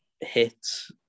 hits